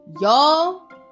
Y'all